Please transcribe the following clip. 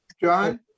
John